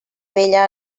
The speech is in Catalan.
vella